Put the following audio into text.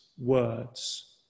words